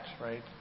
right